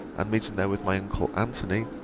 and meeting there with my uncle antony,